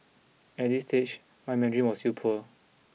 at this stage my Mandarin was still poor